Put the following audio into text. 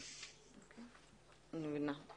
אני מבינה.